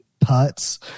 putts